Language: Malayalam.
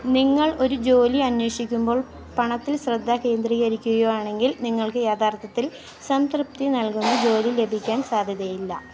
നിങ്ങൾ ഒരു ജോലി അന്വേഷിക്കുമ്പോൾ പണത്തിൽ ശ്രദ്ധ കേന്ദ്രീകരിക്കുകയോ ആണെങ്കിൽ നിങ്ങൾക്ക് യാഥാർത്ഥത്തിൽ സംതൃപ്തി നൽകുന്ന ജോലി ലഭിക്കാൻ സാധ്യതയില്ല